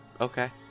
Okay